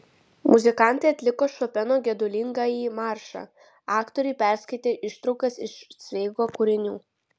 muzikantai atliko šopeno gedulingąjį maršą aktoriai perskaitė ištraukas iš cveigo kūrinių